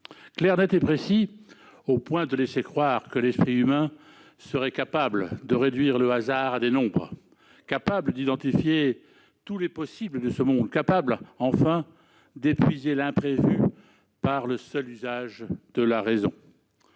Clair, net et précis, au point de laisser croire que l'esprit humain serait capable de réduire le hasard à des nombres, capable d'identifier tous les possibles de ce monde, capable, enfin, d'épuiser l'imprévu par le seul usage de la raison.